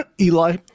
Eli